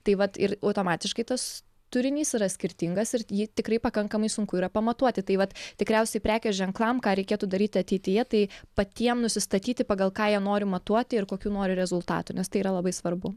tai vat ir automatiškai tas turinys yra skirtingas ir jį tikrai pakankamai sunku yra pamatuoti tai vat tikriausiai prekės ženklam ką reikėtų daryti ateityje tai patiem nusistatyti pagal ką jie nori matuoti ir kokių nori rezultatų nes tai yra labai svarbu